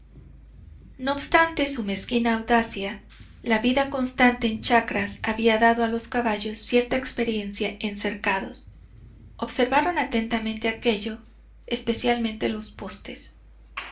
no obstante su mezquina audacia la vida constante en chacras había dado a los caballos cierta experiencia en cercados observaron atentamente aquello especialmente los postes